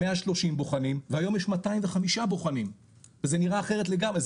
130 בוחנים והיום יש 205 בוחנים וזה נראה אחרת לגמרי,